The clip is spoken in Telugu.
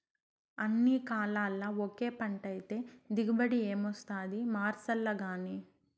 అన్ని కాలాల్ల ఒకే పంటైతే దిగుబడి ఏమొస్తాది మార్సాల్లగానీ